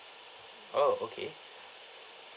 oh okay